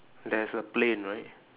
there's a plane right